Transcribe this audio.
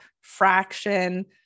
fraction